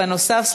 ונוסף על כך,